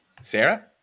Sarah